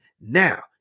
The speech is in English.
Now